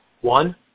One